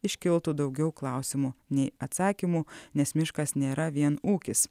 iškiltų daugiau klausimų nei atsakymų nes miškas nėra vien ūkis